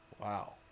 wow